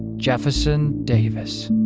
jefferson davis